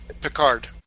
Picard